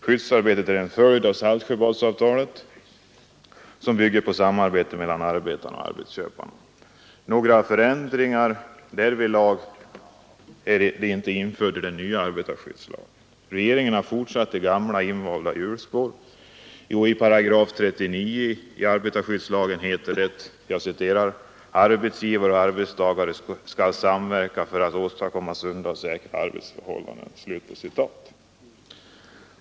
Skyddsarbetet är en följd av Saltsjöbadsavtalet, som bygger på samarbete mellan arbetarna och arbetsköparna. Några förändringar därvidlag har inte ändringarna i arbetarskyddslagen medfört. Regeringen har fortsatt i gamla invanda hjulspår. I 398 arbetarskyddslagen förklaras att arbetsgivare och arbetstagare skall samverka för att åstadkomma sunda och säkra arbetsförhållanden.